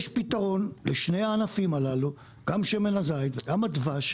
יש פתרון לשני הענפים הללו, גם שמן הזית וגם הדבש,